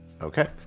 Okay